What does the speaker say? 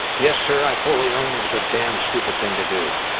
yes sir. i fully own it was a damn stupid thing to do.